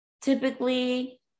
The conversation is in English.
typically